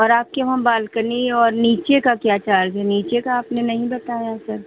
और आपके वहाँ बालकनी और नीचे का क्या चार्ज है नीचे का आपने नहीं बताया सर